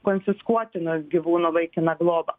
konfiskuotinas gyvūnų laikina globa